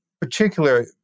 particular